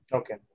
okay